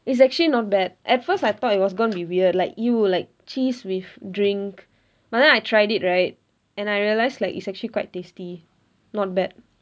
it's actually not bad at first I thought it was gonna be weird like !eww! like cheese with drink but then I tried it right and I realised like it's actually quite tasty not bad